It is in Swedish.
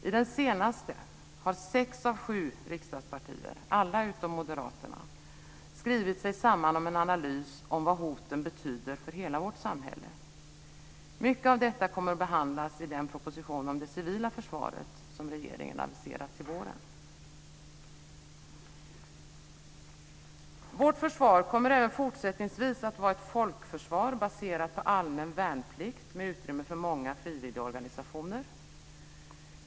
I den senaste har sex av sju riksdagspartier - alla utom Moderaterna - skrivit sig samman om en analys av vad hoten betyder för hela vårt samhälle. Mycket av detta kommer att behandlas i den proposition om det civila försvaret som regeringen har aviserat till våren. Vårt försvar kommer även fortsättningsvis att vara ett folkförsvar baserat på allmän värnplikt med utrymme för många frivilligorganisationer.